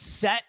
set